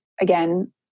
again